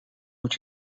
moet